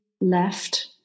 left